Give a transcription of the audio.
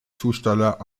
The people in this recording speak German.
zusteller